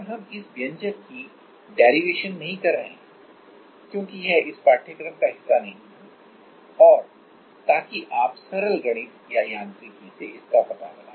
और हम इस व्यंजक की डेरीवेशन नहीं कर रहे हैं क्योंकि यह इस पाठ्यक्रम का हिस्सा नहीं है ताकि आप सरल गणित या यांत्रिकी से इसका पता लगा सकें